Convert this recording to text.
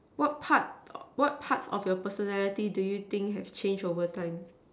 what part what parts of your personality do you think have changed over time